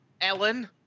Ellen